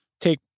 take